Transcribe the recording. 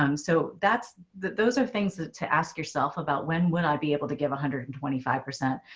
um so that's that. those are things that to ask yourself about. when would i be able to give one hundred and twenty five percent.